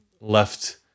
left